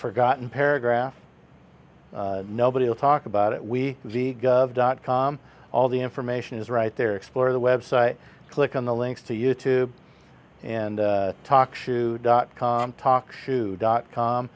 forgotten paragraph nobody will talk about it we dot com all the information is right there explore the web site click on the links to youtube and talk shoe dot com talk to dot com